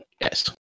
yes